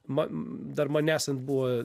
man dar man nesant buvo